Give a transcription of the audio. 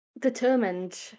determined